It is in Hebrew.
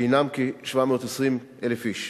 שהינם כ-720,000 איש.